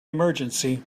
emergency